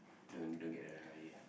don't don't get the wrong idea